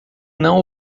não